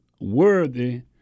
worthy